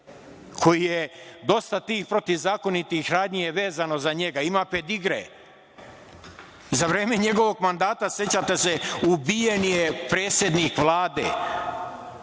koji je, dosta tih protivzakonitih radnji je vezano za njega, ima pedigre. Za vreme njegovog mandata, sećate se, ubijen je predsednik Vlade.